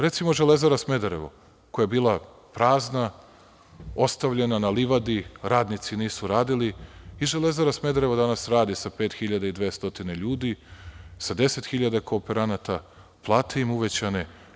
Recimo Železara Smederevo, koja je bila prazna, ostavljena na livadi radnici nisu radili i Železara Smederevo danas radi sa 5.200 ljudi, sa 10.000 kooperanata, plate im uvećane.